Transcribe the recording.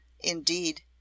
Indeed